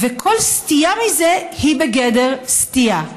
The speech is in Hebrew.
וכל סטייה מזה היא בגדר סטייה.